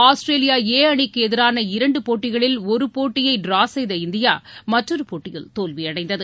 Australia A அணிக்கு எதிரான இரண்டு போட்டிகளில் ஒரு போட்டியை டிரா செய்த இந்தியா மற்றொரு போட்டியில் தோல்வியடைந்தது